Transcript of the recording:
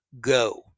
go